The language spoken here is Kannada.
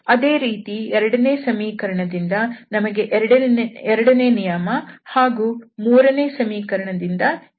ಅದೇ ರೀತಿ ಎರಡನೆಯ ಸಮೀಕರಣದಿಂದ ನಮಗೆ ಎರಡನೇ ನಿಯಮ ಹಾಗೂ ಮೂರನೆಯ ಸಮೀಕರಣದಿಂದ ಈ ಮೂರನೇ ನಿಯಮಗಳು ದೊರೆಯುತ್ತವೆ